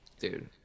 Dude